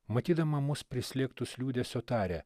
matydama mus prislėgtus liūdesio tarė